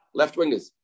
left-wingers